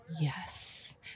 Yes